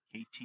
KT